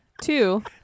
Two